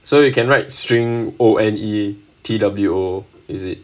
so you can write string O N E T W O is it